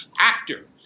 actor